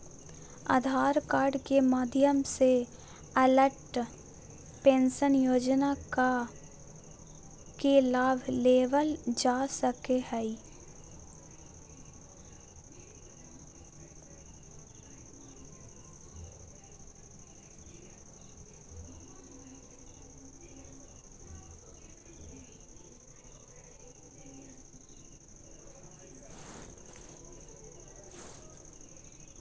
आधार card के माध्यम से अटल पेंशन योजना के लाभ लेवल जा सको हय